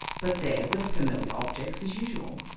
but there were the familiar objects as usual,